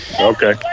okay